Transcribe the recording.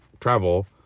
travel